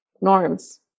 norms